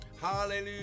Hallelujah